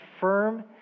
firm